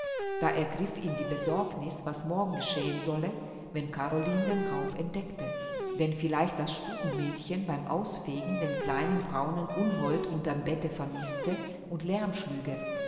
da ergriff ihn die besorgniß was morgen geschehen solle wenn caroline den raub entdeckte wenn vielleicht das stubenmädchen beim ausfegen den kleinen braunen unhold unter'm bette vermißte und lärm schlüge